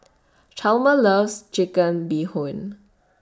Chalmer loves Chicken Bee Hoon